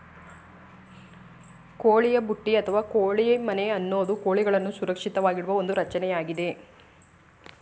ಕೋಳಿಯ ಬುಟ್ಟಿ ಅಥವಾ ಕೋಳಿ ಮನೆ ಅನ್ನೋದು ಕೋಳಿಗಳನ್ನು ಸುರಕ್ಷಿತವಾಗಿಡುವ ಒಂದು ರಚನೆಯಾಗಿದೆ